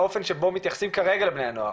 האופן שבו מתייחסים כרגע לבני הנוער.